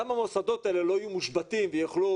גם המוסדות האלה לא יהיו מושבתים ויוכלו